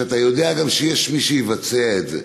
שאתה יודע גם שיש מי שיבצע אותו.